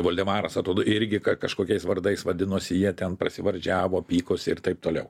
voldemaras atrodo irgi ka kažkokiais vardais vadinosi jie ten prasivardžiavo pykosi ir taip toliau